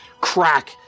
crack